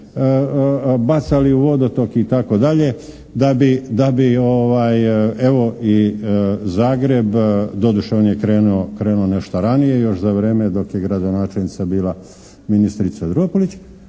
rupe, bacali u vodotok itd. da bi evo i Zagreb, doduše on je krenuo nešto ranije još za vrijeme dok je gradonačelnica bila ministrica Dropulić,